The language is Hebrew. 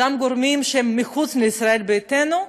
גם גורמים שהם מחוץ לישראל ביתנו,